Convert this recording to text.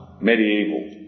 medieval